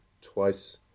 twice